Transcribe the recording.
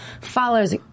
followers